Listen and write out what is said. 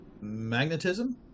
magnetism